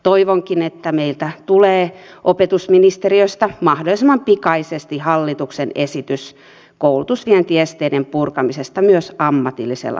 toivonkin että opetusministeriöstä tulee mahdollisimman pikaisesti hallituksen esitys koulutusvientiesteiden purkamisesta myös ammatillisella puolella